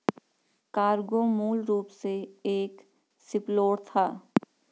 cargo मूल रूप से एक शिपलोड था